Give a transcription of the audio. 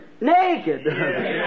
naked